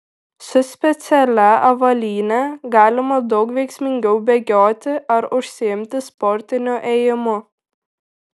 su specialia avalyne galima daug veiksmingiau bėgioti ar užsiimti sportiniu ėjimu